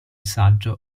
saggio